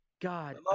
God